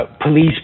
police